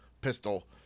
pistol